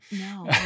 No